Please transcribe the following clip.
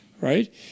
Right